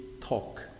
talk